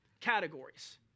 categories